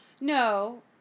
No